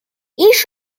each